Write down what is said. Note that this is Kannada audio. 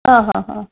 ಹಾಂ ಹಾಂ ಹಾಂ